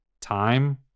Time